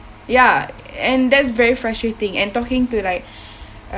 ya and that's very frustrating and talking to like